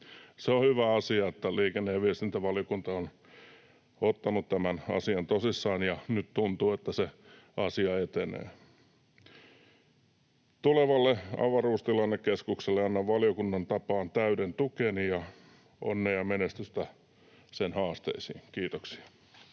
On hyvä asia, että liikenne- ja viestintävaliokunta on ottanut tämän asian tosissaan, ja nyt tuntuu, että se asia etenee. Tulevalle avaruustilannekeskukselle annan valiokunnan tapaan täyden tukeni, ja onnea ja menestystä sen haasteisiin. — Kiitoksia.